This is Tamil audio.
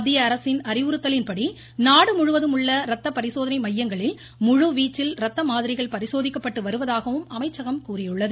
மத்தியஅரசின் அறிவுறுத்தலின்படி நாடு முழுவதும் உள்ள ரத்த பரிசோதனை மையங்களில் முழுவீச்சில் ரத்த மாதிரிகள் பரிசோதிக்கப்பட்டு வருவதாகவும் அமைச்சகம் கூறியுள்ளது